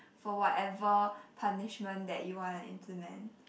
for whatever punishment that you wanna implement